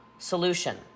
solution